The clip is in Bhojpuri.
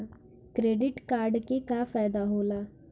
क्रेडिट कार्ड के का फायदा होला?